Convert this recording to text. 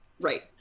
right